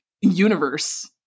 universe